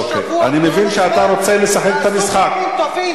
כל שבוע, כל הזמן, אוקיי.